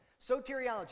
Soteriology